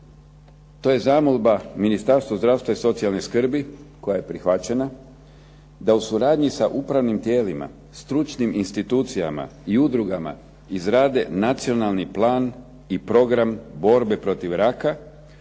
to je zamolba Ministarstva zdravstva i socijalne skrbi koja je prihvaćena da u suradnji sa upravnim tijelima, stručnim institucijama i udrugama izrade nacionalni plan i program borbe protiv raka